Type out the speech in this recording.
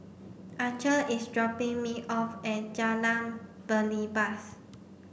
Archer is dropping me off at Jalan Belibas